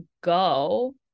go